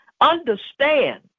Understand